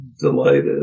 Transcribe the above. delighted